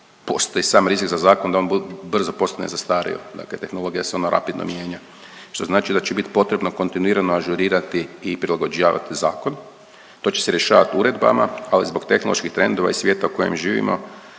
postoji sam rizik za zakon da on brzo postane zastario, dakle tehnologija se onda rapidno mijenja, što znači da će bit potrebno kontinuirano ažurirati i prilagođavati zakon. To će se rješavat uredbama, ali zbog tehnoloških trendova i svijeta u kojem živimo